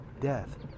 death